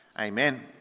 Amen